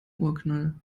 urknall